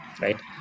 right